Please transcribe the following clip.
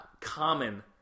Common